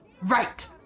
Right